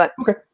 Okay